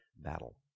battle